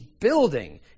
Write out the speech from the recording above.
building